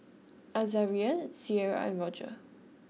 Azaria Cierra and Rodger